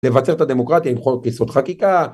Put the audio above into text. לבצר את הדמוקרטיה עם חוק יסוד חקיקה